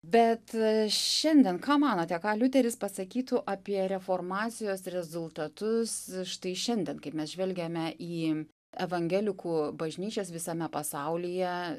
bet šiandien ką manote ką liuteris pasakytų apie reformacijos rezultatus štai šiandien kaip mes žvelgiame į evangelikų bažnyčias visame pasaulyje